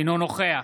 אינו נוכח